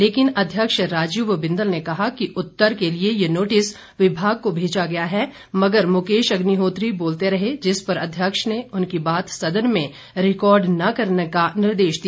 लेकिन अध्यक्ष राजीव बिंदल ने कहा कि उत्तर के लिए ये नोटिस विभाग को भेजा है मगर मुकेश अग्निहोत्री बोलते रहे जिस पर अध्यक्ष ने उनकी बात सदन में रिकॉर्ड ने करने का निर्देश दिया